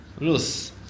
Rus